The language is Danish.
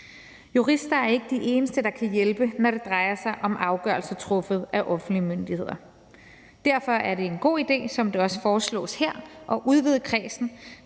Jurister er ikke de eneste, der kan hjælpe, når det drejer sig om afgørelser truffet af offentlige myndigheder. Derfor er det en god idé, som det også foreslås her, at udvide kredsen